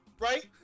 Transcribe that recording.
right